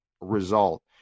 result